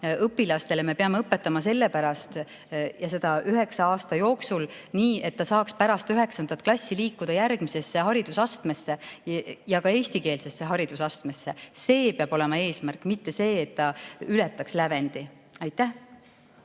õpilastele me peame õpetama sellepärast ja seda üheksa aasta jooksul, et nad saaksid pärast üheksandat klassi liikuda järgmisesse haridusastmesse ja ka eestikeelsesse haridusastmesse. See peab olema eesmärk, mitte see, et ta ületaks lävendi.